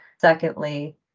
Secondly